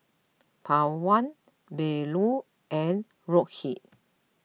Pawan Bellur and Rohit